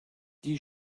die